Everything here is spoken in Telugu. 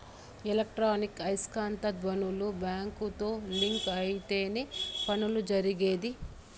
ఎలక్ట్రానిక్ ఐస్కాంత ధ్వనులు బ్యాంకుతో లింక్ అయితేనే పనులు జరిగేది